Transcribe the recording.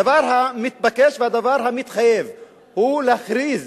הדבר המתבקש והדבר המתחייב הוא להכריז